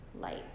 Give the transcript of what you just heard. light